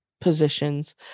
positions